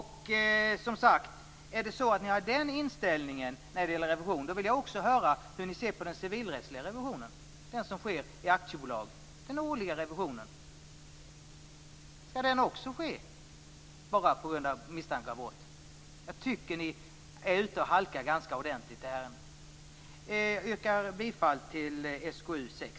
Har ni den inställningen när det gäller revision vill jag också höra hur ni ser på den civilrättsliga revisionen - den årliga revision som sker i aktiebolag. Skall den också ske bara på grund av misstanke om brott? Jag tycker att ni är ute och halkar ganska ordentligt i detta ärende. Jag yrkar bifall till hemställan i SkU6.